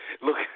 look